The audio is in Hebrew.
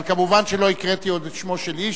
אבל כמובן שלא הקראתי עוד את שמו של איש.